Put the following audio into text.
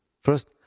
first